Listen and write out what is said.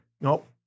nope